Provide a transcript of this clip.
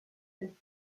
and